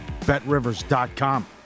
BetRivers.com